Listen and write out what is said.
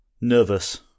nervous